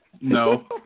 No